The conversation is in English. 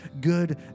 good